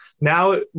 Now